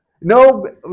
No